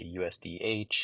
USDH